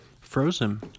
Frozen